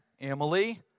Emily